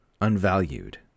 unvalued